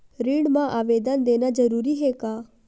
ऋण मा आवेदन देना जरूरी हे?